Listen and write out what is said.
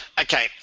Okay